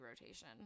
rotation